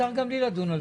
אפשר גם בלי לדון על זה.